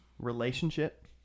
relationship